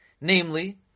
Namely